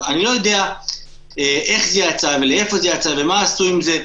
אני לא יודע איך זה יצא ולאיפה זה יצא ומה עשו עם זה.